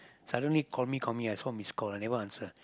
suddenly call me call me I saw missed call I never answer